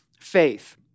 faith